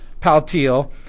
Paltiel